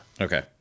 Okay